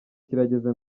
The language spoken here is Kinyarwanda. kirageze